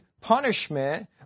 punishment